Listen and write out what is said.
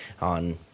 on